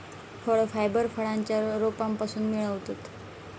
फळ फायबर फळांच्या रोपांपासून मिळवतत